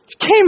came